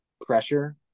pressure